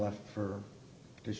left for this